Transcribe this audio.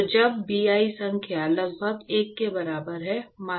तो जब Bi संख्या लगभग 1 के बराबर है